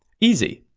easy.